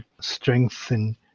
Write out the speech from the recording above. strengthen